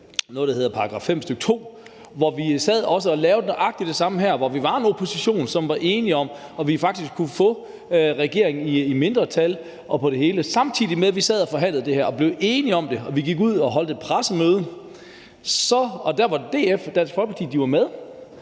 noget, der hedder § 5, stk. 2, hvor vi også sad og lavede nøjagtig det samme, og hvor vi var en opposition, som var enige om det og faktisk kunne få regeringen i mindretal på det hele, samtidig med vi forhandlede det her. Vi blev enige om det, og vi gik ud og holdt et pressemøde, og Dansk Folkeparti var med.